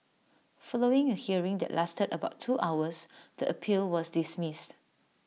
following A hearing that lasted about two hours the appeal was dismissed